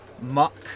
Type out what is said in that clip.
Muck